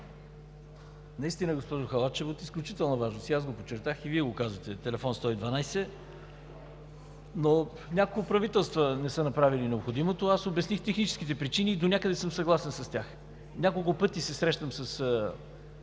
Наистина, госпожо Халачева, е от изключителна важност телефон 112 – аз го подчертах и Вие го казахте, но няколко правителства не са направили необходимото. Аз обясних техническите причини и донякъде съм съгласен с тях, няколко пъти се срещам с